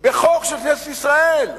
בחוק של כנסת ישראל?